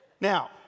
Now